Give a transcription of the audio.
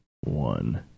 one